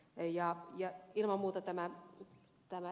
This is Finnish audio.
ilman muuta tämä ed